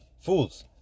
Fools